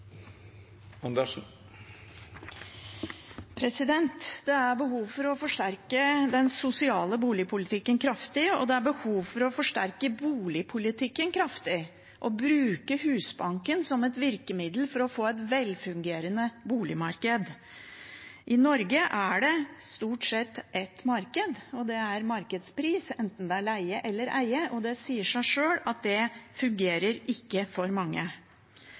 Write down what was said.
til. Det er behov for å forsterke den sosiale boligpolitikken kraftig, og det er behov for å forsterke boligpolitikken kraftig og bruke Husbanken som et virkemiddel for å få et velfungerende boligmarked. I Norge er det stort sett ett marked, og det er markedspris enten det er leie eller eie. Det sier seg sjøl at for mange